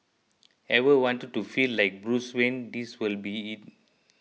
ever wanted to feel like Bruce Wayne this will be it